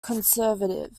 conservative